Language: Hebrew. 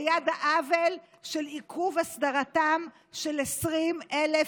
ליד העוול של עיכוב הסדרתם של 20,000 איש,